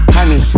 Honey